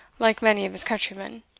like many of his countrymen.